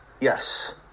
yes